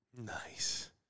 Nice